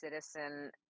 citizen